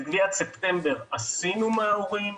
את גביית ספטמבר עשינו מההורים,